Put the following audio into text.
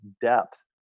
depth